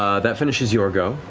ah that finishes your go.